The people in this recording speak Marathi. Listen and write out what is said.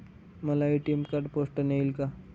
मला ए.टी.एम कार्ड पोस्टाने येईल का?